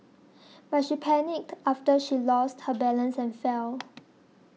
but she panicked after she lost her balance and fell